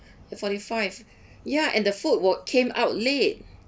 forty five ya and the food wa~ came out late